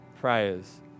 prayers